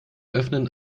öffnen